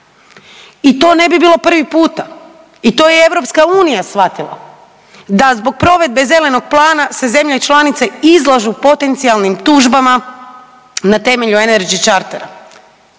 i to ne bi bilo prvi puta i to je i EU shvatila da zbog provedbe zelenog plana se zemlje članice izlažu potencijalnim tužbama na temelju energy chartera.